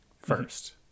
first